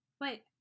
wait